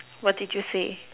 what did you say